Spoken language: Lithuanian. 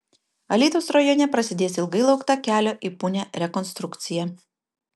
alytaus rajone prasidės ilgai laukta kelio į punią rekonstrukcija